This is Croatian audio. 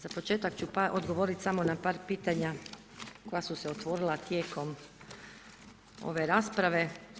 Za početak ću odgovoriti samo na par pitanja koja su se otvorila tijekom ove rasprave.